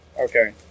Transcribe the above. Okay